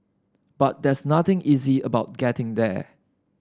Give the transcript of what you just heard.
but there's nothing easy about getting there